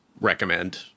recommend